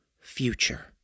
future